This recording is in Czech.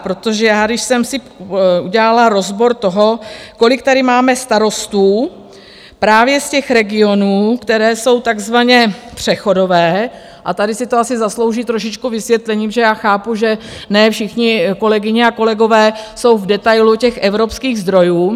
Protože já když jsem si udělala rozbor toho, kolik tady máme starostů právě z těch regionů, které jsou takzvaně přechodové, a tady si to asi zaslouží trošičku vysvětlení, protože já chápu, že ne všichni kolegyně a kolegové jsou v detailu těch evropských zdrojů.